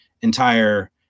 entire